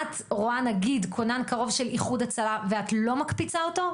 את רואה נגיד כונן קרוב של איחוד הצלה ואת לא מקפיצה אותו?